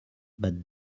but